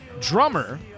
drummer